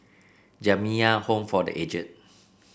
Jamiyah Home for The Aged